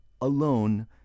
alone